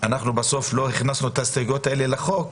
בסוף לא הכנסנו את ההסתייגויות האלה לחוק,